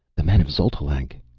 the men of xotalanc,